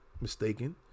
mistaken